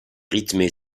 rythmée